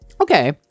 Okay